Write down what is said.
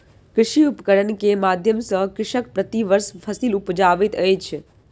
कृषि उपकरण के माध्यम सॅ कृषक प्रति वर्ष फसिल उपजाबैत अछि